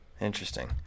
interesting